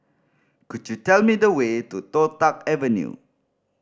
could you tell me the way to Toh Tuck Avenue